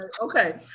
Okay